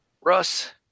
Russ